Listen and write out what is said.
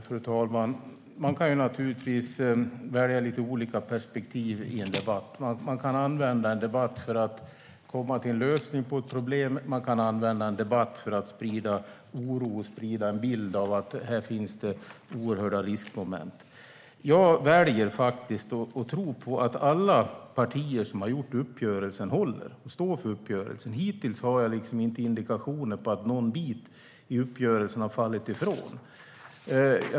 Fru talman! Man kan naturligtvis välja lite olika perspektiv i en debatt: Man kan använda en debatt för att komma till en lösning på ett problem, och man kan använda en debatt för att sprida oro och en bild av att det finns oerhört stora riskmoment. Jag väljer att tro på att alla partier som har gjort uppgörelsen håller fast vid den och står för den. Hittills har jag inte fått några indikationer på att någon bit i uppgörelsen har fallit ifrån.